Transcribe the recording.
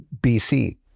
bc